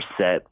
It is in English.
set